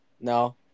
No